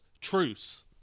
truce